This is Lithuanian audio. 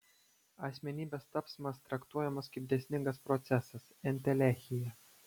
asmenybės tapsmas traktuojamas kaip dėsningas procesas entelechija